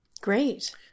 Great